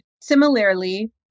Similarly